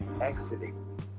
exiting